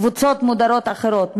קבוצות מודרות אחרות?